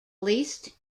least